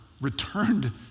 returned